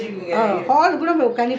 ya ask my sister